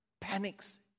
panics